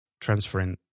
transferring